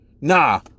Nah